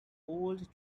old